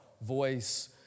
voice